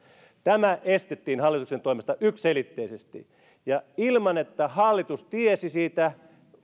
tämä estettiin hallituksen toimesta yksiselitteisesti ja ilman että hallitus tiesi siitä